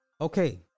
Okay